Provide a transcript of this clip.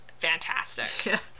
Fantastic